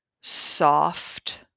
soft